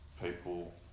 people